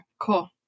cool